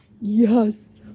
yes